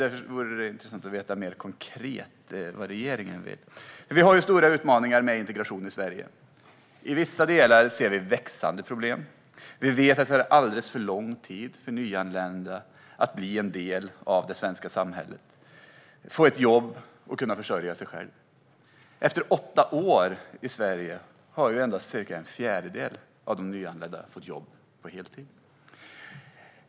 Därför vore det intressant att få veta vad regeringen vill mer konkret. Vi har stora utmaningar med integration i Sverige. I vissa delar är problemen växande. Det tar alldeles för lång tid för nyanlända att bli en del av det svenska samhället, att få ett jobb och kunna försörja sig själv. Efter åtta år i Sverige har endast cirka en fjärdedel av de nyanlända fått jobb på heltid.